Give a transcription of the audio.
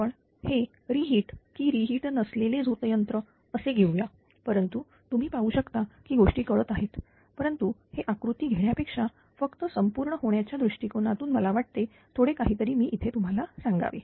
आपण हे reheat की रि हीट नसलेले झोत यंत्र असे घेऊया परंतु तुम्ही पाहू शकता की गोष्टी कळत आहेत परंतु हे आकृती घेण्यापेक्षा फक्त संपूर्ण होण्याच्या दृष्टिकोनातून मला वाटते थोडे काहीतरी मी इथे तुम्हाला सांगावे